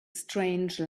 strange